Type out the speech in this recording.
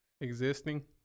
Existing